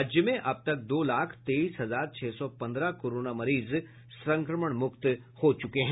राज्य में अब तक दो लाख तेईस हजार छह सौ पंद्रह कोरोना मरीज संक्रमण मुक्त हो चुके हैं